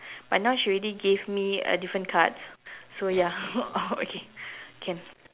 but now she already gave me a different card so ya okay